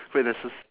wait there's a s~